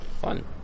Fun